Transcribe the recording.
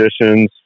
conditions